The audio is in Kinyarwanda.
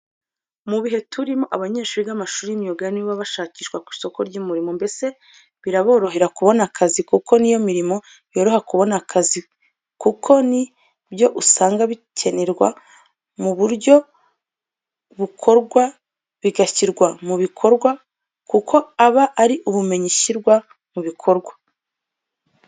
Mu bihe turimo abanyeshuri biga amashuri y'imyuga ni bo bashakishwa ku isoko ry'umurimo, mbese biraborohera kubona akazi kuko ni yo mirimo yoroha kubona akazi kuko ni byo usanga bikenerwa mu buryo bukorwa bigashyirwa mu bikorwa kuko aba ari ubumenyi bushyirwa mu bikorwa.